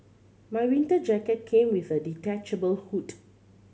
my winter jacket came with a detachable hood